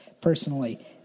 personally